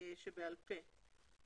שבעל פה.